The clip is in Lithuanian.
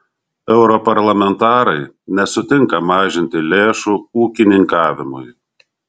europarlamentarai nesutinka mažinti lėšų ūkininkavimui